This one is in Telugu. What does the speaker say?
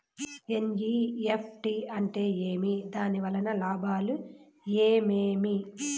ఎన్.ఇ.ఎఫ్.టి అంటే ఏమి? దాని వలన లాభాలు ఏమేమి